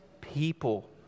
people